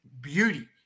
Beauty